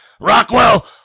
Rockwell